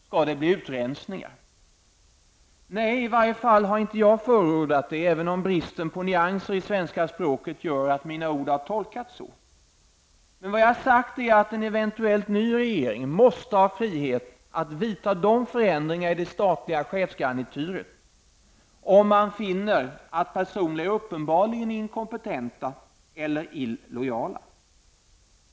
Skall det bli utrensningar? Nej, i varje fall har inte jag förordat det, även om bristen på nyanser i svenska språket gör att mina ord har tolkats så. Men vad jag har sagt är att en eventuellt ny regering måste ha frihet att vidta förändringar i det statliga chefsgarnityret, om man finner att personer är uppenbarligen inkompetenta eller illojala.